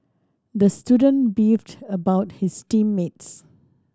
the student beefed about his team mates